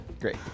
Great